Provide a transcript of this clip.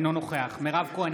אינו נוכח מירב כהן,